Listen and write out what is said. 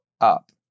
up